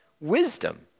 wisdom